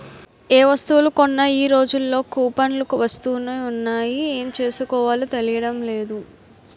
ఏ వస్తువులు కొన్నా ఈ రోజుల్లో కూపన్లు వస్తునే ఉన్నాయి ఏం చేసుకోవాలో తెలియడం లేదు